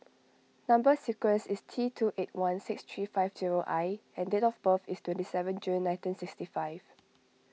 Number Sequence is T two eight one six three five zero I and date of birth is twenty seven June nineteen sixty five